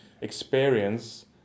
experience